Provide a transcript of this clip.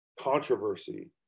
controversy